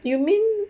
you mean